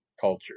culture